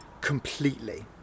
completely